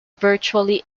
virtually